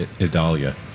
Idalia